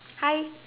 hi